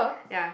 yaeh